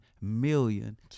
million